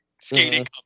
skating